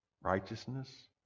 righteousness